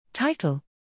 Title